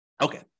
Okay